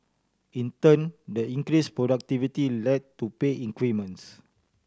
in turn the increase productivity led to pay increments